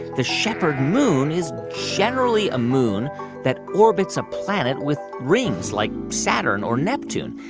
the shepherd moon is generally a moon that orbits a planet with rings like saturn or neptune.